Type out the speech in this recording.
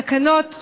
התקנות,